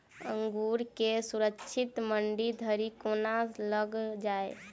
अंगूर केँ सुरक्षित मंडी धरि कोना लकऽ जाय?